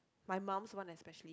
my mum's one especially